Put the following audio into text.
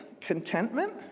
contentment